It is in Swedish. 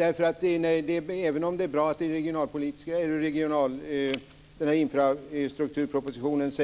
Även om det är bra att det sägs i infrastrukturpropositionen att